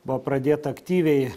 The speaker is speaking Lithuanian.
buvo pradėta aktyviai